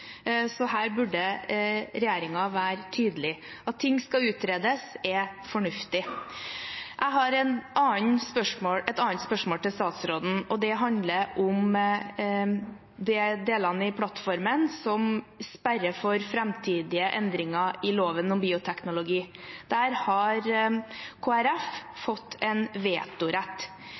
så her burde regjeringen være tydelig. At ting skal utredes, er fornuftig. Jeg har et annet spørsmål til statsråden, og det handler om de delene i plattformen som sperrer for framtidige endringer i loven om bioteknologi. Der har Kristelig Folkeparti fått en vetorett.